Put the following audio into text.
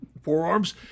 forearms